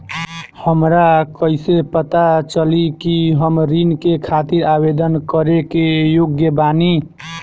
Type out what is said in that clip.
हमरा कइसे पता चली कि हम ऋण के खातिर आवेदन करे के योग्य बानी?